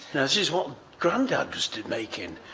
this is what granddad was stood making.